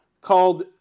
called